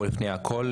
ולפני הכול,